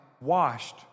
washed